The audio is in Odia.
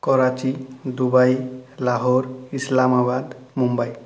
କରାଚୀ ଦୁବାଇ ଲାହୋର ଇସ୍ଲାମାବାଦ ମୁମ୍ବାଇ